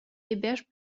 héberge